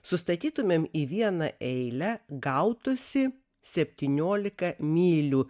su statytumėm į vieną eilę gautųsi septyniolika mylių